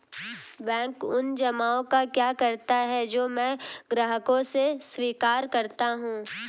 Bank उन जमाव का क्या करता है जो मैं ग्राहकों से स्वीकार करता हूँ?